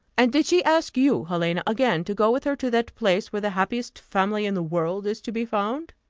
and did she ask you, helena, again to go with her to that place where the happiest family in the world is to be found?